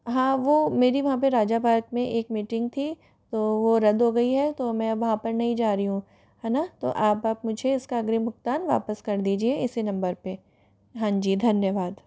हाँ वो मेरी वहाँ पे राजा पार्क में एक मीटिंग थी तो वो रद्द हो गई है तो मैं अब वहाँ पर नहीं जा रही हूँ है न तो आप मुझे इसका अग्रिम भुगतान वापस कर दीजिए इसी नंबर पे हाँ जी धन्यवाद